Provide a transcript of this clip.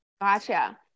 gotcha